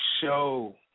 show